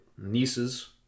nieces